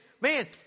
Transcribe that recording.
Man